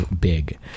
big